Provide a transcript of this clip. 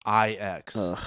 IX